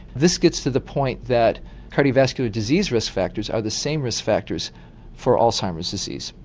this gets to the point that cardiovascular disease risk factors are the same risk factors for alzheimer's disease.